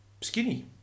skinny